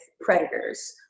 predators